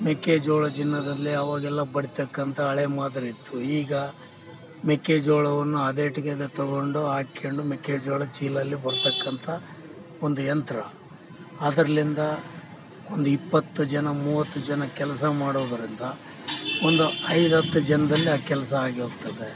ಮೆಕ್ಕೆಜೋಳ ಜಿನ್ನದಲ್ಲಿ ಅವಾಗೆಲ್ಲ ಬಡೀತಕ್ಕಂಥ ಹಳೇ ಮಾದರಿ ಇತ್ತು ಈಗ ಮೆಕ್ಕೆಜೋಳವನ್ನು ಅದೇಟ್ಗೆ ಅದೇ ತಗೊಂಡು ಹಾಕ್ಕೊಂಡು ಮೆಕ್ಕೆಜೋಳ ಚೀಲಲ್ಲಿ ಹೊರತಕ್ಕಂಥ ಒಂದು ಯಂತ್ರ ಅದರಿಂದ ಒಂದು ಇಪ್ಪತ್ತು ಜನ ಮೂವತ್ತು ಜನ ಕೆಲಸ ಮಾಡೋದರಿಂದ ಒಂದು ಐದು ಹತ್ತು ಜನದಲ್ಲಿ ಆ ಕೆಲಸ ಆಗಿ ಹೋಗ್ತದೆ